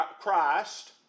Christ